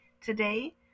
Today